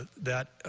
that